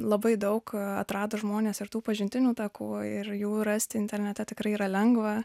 labai daug atrado žmonės ir tų pažintinių takų ir jų rasti internete tikrai yra lengva